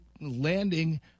landing